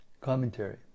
Commentary